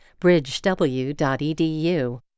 bridgew.edu